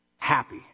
happy